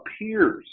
appears